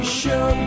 show